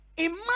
Imagine